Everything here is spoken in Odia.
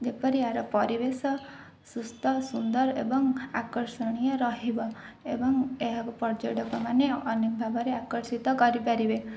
ଯେପରି ଆର ପରିବେଶ ସୁସ୍ଥ ସୁନ୍ଦର ଏବଂ ଆକର୍ଷଣୀୟ ରହିବ ଏବଂ ଏହାକୁ ପର୍ଯ୍ୟଟକମାନେ ଅନେକ ଭାବରେ ଆକର୍ଷିତ କରିପାରିବେ